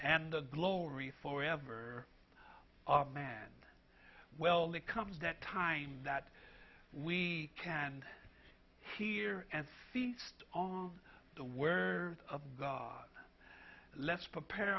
and the glory for ever man well it comes that time that we can hear and feast on the word of god let's prepare